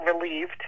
relieved